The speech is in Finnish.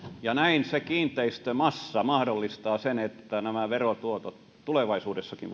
näin kiinteistömassa mahdollistaa sen että nämä verotuotot tulevaisuudessakin